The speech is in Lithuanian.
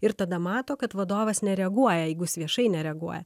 ir tada mato kad vadovas nereaguoja jeigu jis viešai nereaguoja